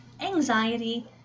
anxiety